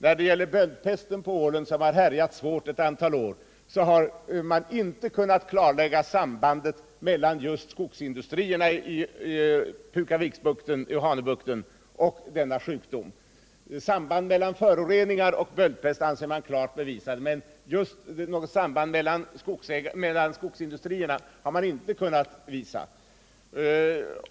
När det gäller böldpesten, som har härjat svårt ett antal år på ålen, har man inte kunnat klarlägga något absolut samband mellan just skogsindustrierna i Pukaviksbukten och i Hanöbukten och denna sjukdom, även om sambandet mellan föroreningar i och för sig och böldpest anses klart bevisat.